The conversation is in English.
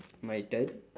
my turn